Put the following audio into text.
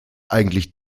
eigentlich